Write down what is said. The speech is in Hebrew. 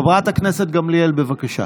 חברת הכנסת גמליאל, בבקשה.